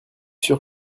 sûr